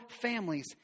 families